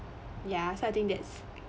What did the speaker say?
ya so I think that's